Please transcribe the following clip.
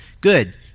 Good